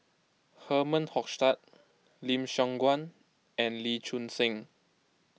Herman Hochstadt Lim Siong Guan and Lee Choon Seng